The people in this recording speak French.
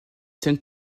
scènes